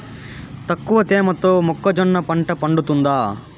తక్కువ తేమతో మొక్కజొన్న పంట పండుతుందా?